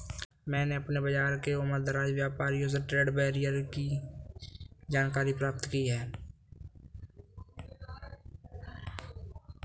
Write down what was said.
मैंने अपने बाज़ार के उमरदराज व्यापारियों से ट्रेड बैरियर की जानकारी प्राप्त की है